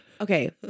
Okay